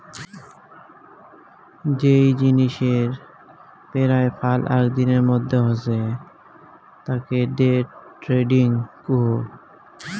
যেই জিনিসের পেরায় ফাল আক দিনের মধ্যে হসে তাকে ডে ট্রেডিং কুহ